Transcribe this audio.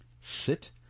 Sit